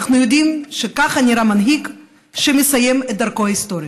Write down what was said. אנחנו יודעים שככה נראה מנהיג שמסיים את דרכו ההיסטורית: